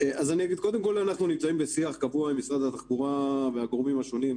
קודם כל אנחנו נמצאים בשיח קבוע עם משרד התחבורה והגורמים השונים,